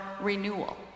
renewal